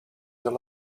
that